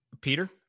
Peter